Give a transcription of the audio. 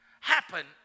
happen